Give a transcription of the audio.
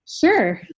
Sure